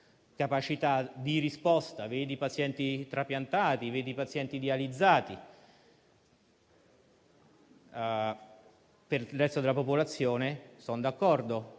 capacità di risposta, come i pazienti trapiantati e quelli dializzati. Per il resto della popolazione, sono d'accordo: